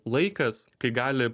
laikas kai gali